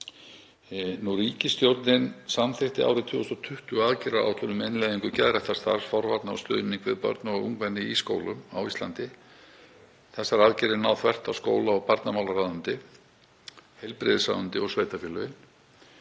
Ríkisstjórnin samþykkti árið 2020 aðgerðaáætlun um innleiðingu geðræktarstarfs, forvarna og stuðnings við börn og ungmenni í skólum á Íslandi. Þessar aðgerðir ná þvert á skóla- og barnamálaráðuneyti, heilbrigðisráðuneyti og sveitarfélögin.